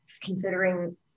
considering